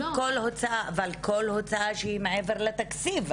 אבל כל הוצאה שהיא מעבר לתקציב,